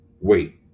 wait